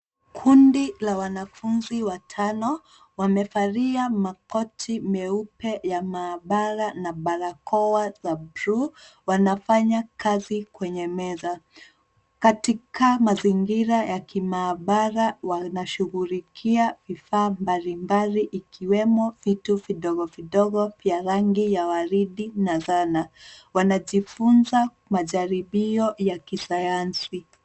Kundi la wanafunzi watano wamevalia makoti meupe ya maabara na barakoa la blue wanafanya kazi kwenye meza. Katika mazingira ya kimaabara wanashughulikia vifaa mbalimbali ikiwemo vitu vidogo vidogo vya rangi ya waridi na zaana. Wanajifunza majaribio ya kisayansi.